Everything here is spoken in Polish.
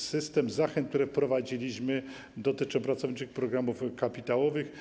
System zachęt, który wprowadziliśmy, dotyczy pracowniczych programów kapitałowych.